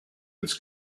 its